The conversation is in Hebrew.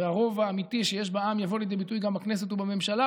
והרוב האמיתי שיש בעם יבוא לידי ביטוי גם בכנסת ובממשלה,